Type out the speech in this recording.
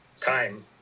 time